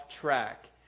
track